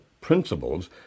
principles